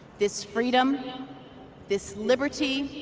this freedom this liberty,